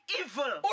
evil